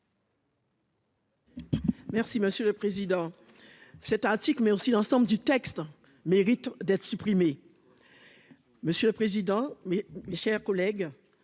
Merci monsieur le président. C'est ainsi que, mais aussi l'ensemble du texte mérite d'être supprimés. Monsieur le président. Mais mes chers collègues.